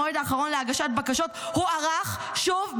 המועד האחרון להגשת הבקשות הוארך שוב,